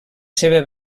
seva